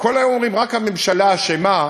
וכל היום אומרים: רק הממשלה אשמה,